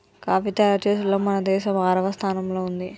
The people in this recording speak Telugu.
కాఫీ తయారు చేసుడులో మన దేసం ఆరవ స్థానంలో ఉంది